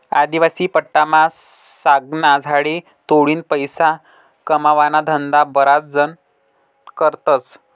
आदिवासी पट्टामा सागना झाडे तोडीन पैसा कमावाना धंदा बराच जण करतस